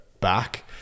back